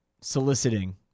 soliciting